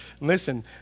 Listen